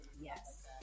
Yes